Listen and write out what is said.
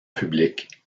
publics